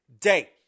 day